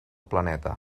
planeta